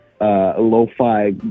lo-fi